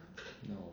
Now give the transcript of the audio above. no